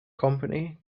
company